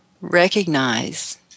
recognize